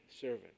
servant